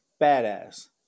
badass